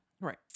Right